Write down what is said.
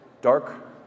Dark